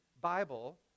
bible